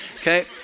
okay